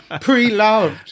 Pre-loved